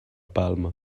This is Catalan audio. palma